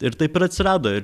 ir taip ir atsirado ir